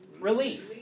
Relief